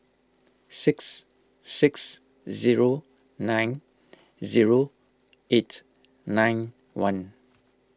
six six zero nine zero eight nine one